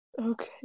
Okay